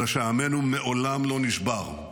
אלא שעמנו מעולם לא נשבר,